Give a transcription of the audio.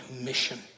mission